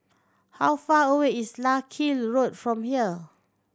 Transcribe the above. how far away is Larkhill Road from here